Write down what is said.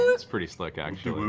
that's pretty slick, actually.